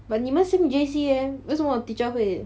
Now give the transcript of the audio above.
but 你们 same J_C leh 为什么 teacher 会